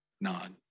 nod